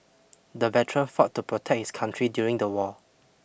the veteran fought to protect his country during the war